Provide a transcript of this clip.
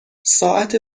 ساعت